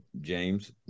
James